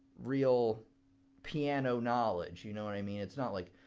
real piano knowledge. you know what i mean? it's not like,